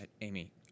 Amy